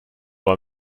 aber